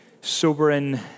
sobering